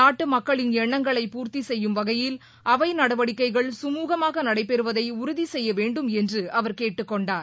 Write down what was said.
நாட்டு மக்களின் எண்ணங்களை பூர்த்தி செய்யும் வகையில் அவை நடவடிக்கைகள் சுமூகமாக நடைபெறுவதை உறுதி செய்ய வேண்டும் என்று அவர் கேட்டுக் கொண்டார்